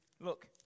look